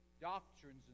doctrines